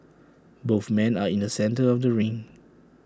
both men are in the centre of the ring